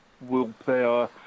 willpower